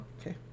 okay